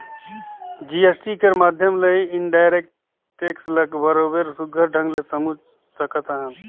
GST कर माध्यम ले इनडायरेक्ट टेक्स ल बरोबेर सुग्घर ढंग ले समुझ सकत अहन